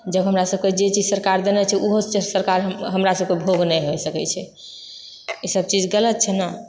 जब हमरा सबकेँ जे चीज सरकार देने छै ओहोसँ सरकार हम हमरा सबकेँ भोग नहि हुअ सकैत छै ई सब चीज गलत छै ने